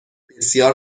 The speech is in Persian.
بسیار